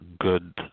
good